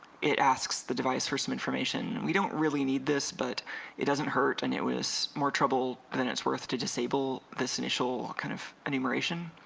it asks the device for some information we don't really need this but it doesn't hurt and it was more trouble than it's worth to disable this initial kind of enumeration